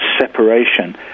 separation